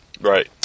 Right